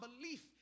belief